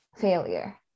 failure